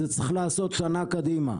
את זה צריך לעשות שנה קדימה.